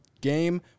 game